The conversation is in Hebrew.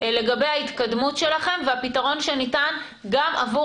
לגבי ההתקדמות שלכם והפתרון שניתן גם עבור